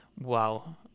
wow